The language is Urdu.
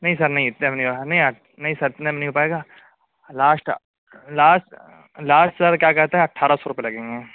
نہیں سر نہیں اتنے میں نہیں نہیں سر اتنے میں نہیں ہو پائے گا لاسٹ لاسٹ لاسٹ سر کیا کہتے ہیں اٹھارہ سو روپئے لگیں گے